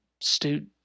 student